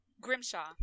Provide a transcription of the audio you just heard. Grimshaw